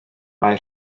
mae